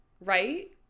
Right